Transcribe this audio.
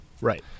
right